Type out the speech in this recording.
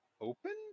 Open